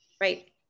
Right